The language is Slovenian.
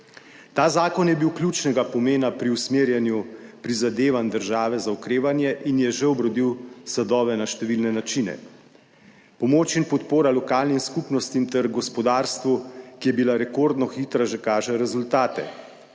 Ta zakon je bil ključnega pomena pri usmerjanju prizadevanj države za okrevanje in je že obrodil sadove na številne načine. Pomoč in podpora lokalnim skupnostim ter gospodarstvu, ki je bila rekordno hitra, že kaže rezultate.